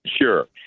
Sure